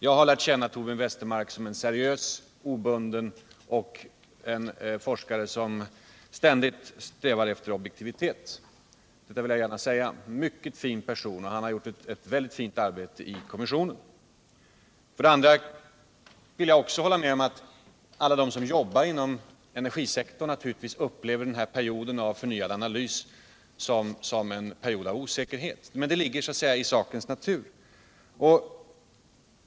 Jag har lärt känna Torbjörn Westermark som en seriös och obunden forskare, som ständigt strävar efter objektivitet. Detta vill jag gärna säga. Han är en mycket fin person, och han har gjort ett väldigt fint arbete i kommissionen. Jag vill också hålla med om att alla de som jobbar inom energisektorn naturligtvis upplever den här perioden av förnyad analys som en period av osäkerhet. Men det ligger så att säga i sakens natur.